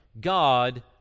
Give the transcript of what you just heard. God